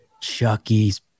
Chucky's